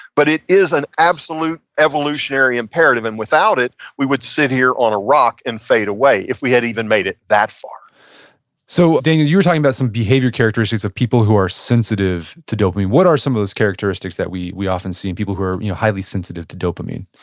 but it is an absolute evolutionary imperative, and without it, we would sit here on a rock and fade away, if we had even made it that far so, daniel, you were talking about some behavior characteristics of people who are sensitive to dopamine. what are some of those characteristics that we we often see in people who are you know highly sensitive to dopamine?